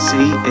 See